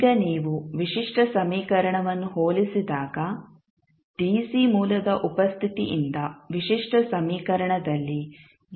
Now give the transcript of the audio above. ಈಗ ನೀವು ವಿಶಿಷ್ಟ ಸಮೀಕರಣವನ್ನು ಹೋಲಿಸಿದಾಗ ಡಿಸಿ ಮೂಲದ ಉಪಸ್ಥಿತಿಯಿಂದ ವಿಶಿಷ್ಟ ಸಮೀಕರಣದಲ್ಲಿ ಯಾವುದೇ ಪರಿಣಾಮ ಇರುವುದಿಲ್ಲ